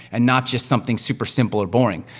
and not just something super simple or boring.